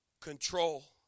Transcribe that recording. control